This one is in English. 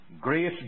Grace